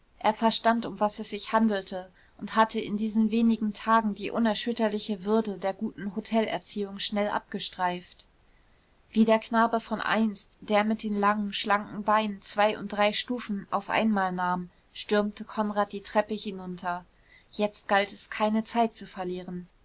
er verstand um was es sich handelte und hatte in diesen wenigen tagen die unerschütterliche würde der guten hotelerziehung schnell abgestreift wie der knabe von einst der mit den langen schlanken beinen zwei und drei stufen auf einmal nahm stürmte konrad die treppe hinunter jetzt galt es keine zeit zu verlieren